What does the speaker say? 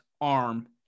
arm